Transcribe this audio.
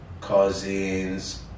cousins